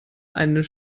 eine